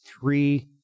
three